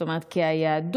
זאת אומרת, כי היהדות